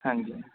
ਹਾਂਜੀ